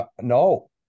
no